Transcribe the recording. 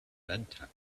bedtime